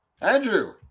Andrew